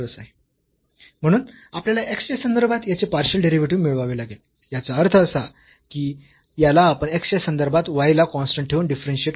म्हणून आपल्याला x च्या संदर्भात याचे पार्शियल डेरिव्हेटिव्ह मिळवावे लागेल याचा अर्थ असा की याला आपण x च्या संदर्भात y ला कॉन्स्टंट ठेऊन डिफरन्शियेट करू